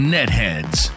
NetHeads